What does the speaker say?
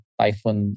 typhoon